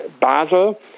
Basel